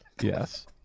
Yes